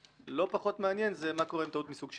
לא פחות מעניין זה מה קורה עם טעות מסוג שני.